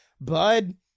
Bud